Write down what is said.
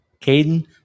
Caden